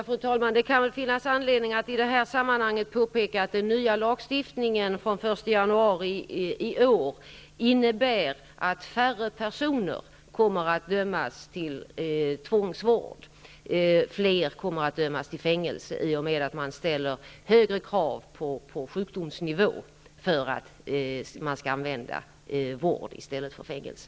Fru talman! Det kan finnas anledning att i det här sammanhanget påpeka att den nya lagstiftningen från den 1 januari i år innebär att färre personer kommer att dömas till tvångsvård. Fler kommmer att dömas till fängelse i och med att man ställer högre krav på sjukdomsnivå för att det skall bli fråga om vård i stället för fängelse.